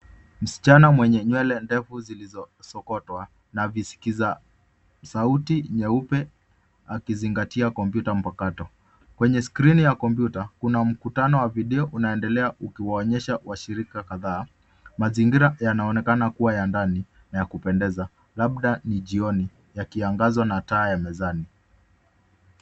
Msichana mwenye nywele ndefu na zenye kung’aa, akiwa makini akitazama kompyuta. Kwenye skrini ya kompyuta kuna mkutano wa video unaoendelea, ukiwahusisha washiriki wa shirika lote. Mazingira yanaonekana kuwa ya kupendeza, labda yamepangwa vizuri, yenye mwangaza na utaratibu mzuri